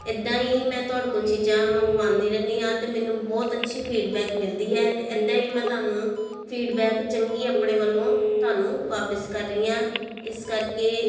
ਇੱਦਾਂ ਹੀ ਮੈਂ ਤੁਹਾਡੇ ਕੋਲੋਂ ਚੀਜ਼ਾਂ ਮੰਗਵਾਉਂਦੀ ਰਹਿੰਦੀ ਹਾਂ ਅਤੇ ਮੈਨੂੰ ਬਹੁਤ ਅੱਛੀ ਫੀਡਬੈਕ ਮਿਲਦੀ ਹੈ ਅਤੇ ਇੱਦਾਂ ਹੀ ਮੈਂ ਤੁਹਾਨੂੰ ਫੀਡਬੈਕ ਚੰਗੀ ਆਪਣੇ ਵੱਲੋਂ ਤੁਹਾਨੂੰ ਵਾਪਿਸ ਕਰ ਰਹੀ ਹਾਂ ਇਸ ਕਰਕੇ